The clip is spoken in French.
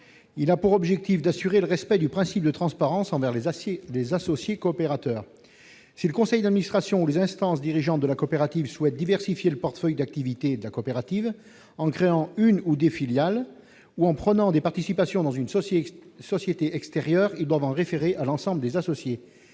d'origine, en assurant le respect du principe de transparence envers les associés coopérateurs. Si le conseil d'administration ou les instances dirigeantes de la coopérative souhaitent diversifier le portefeuille d'activités de la coopérative, en créant une ou plusieurs filiales, ou en prenant des participations dans une société extérieure, ils doivent en référer à l'ensemble des associés.